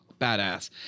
badass